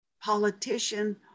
politician